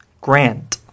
grant